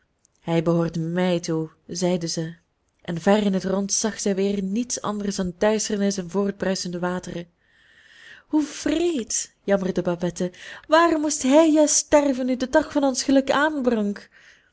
hij behoort mij toe zeide zij en ver in het rond zag zij weer niets anders dan duisternis en voortbruisende wateren hoe wreed jammerde babette waarom moest hij juist sterven nu de dag van ons geluk aanbrak